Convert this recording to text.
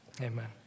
Amen